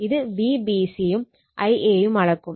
ഇത് Vbc യും Ia യും അളക്കും